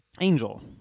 Angel